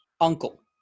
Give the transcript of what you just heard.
Uncle